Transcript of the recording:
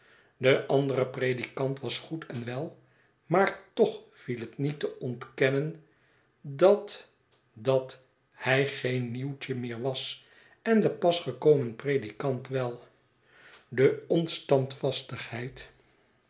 de andere predikant was goed en wel maar toch viel het niet te ontkennen dat dat hij geen nieuwtje meer was en de pas gekomen predikant wel de